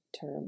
term